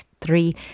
three